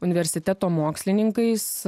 universiteto mokslininkais